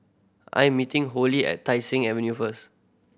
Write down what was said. I'm meeting Holli at Tai Seng Avenue first